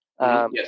Yes